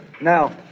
Now